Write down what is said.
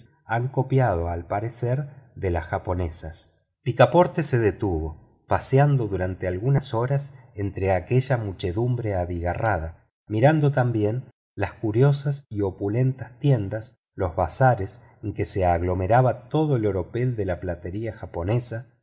han copiado al parecer de las japonesas picaporte se detuvo paseando durante algunas horas entre aquella muchedumbre abigarrada mirando también las curiosas y opulentas tiendas los bazares en que se aglomeraba todo el oropel de la platería japonesa